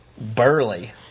burly